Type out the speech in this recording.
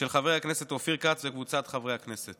של חבר הכנסת אופיר כץ וקבוצת חברי הכנסת.